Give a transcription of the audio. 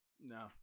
No